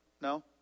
no